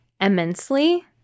immensely